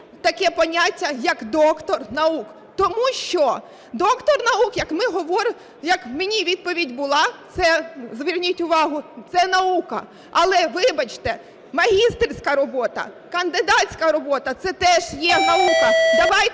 таке поняття, як "доктор наук". Тому що доктор наук, як мені відповідь була, зверніть увагу, це наука. Але, вибачте, магістерська робота, кандидатська робота – це теж є наука. Давайте